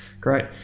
great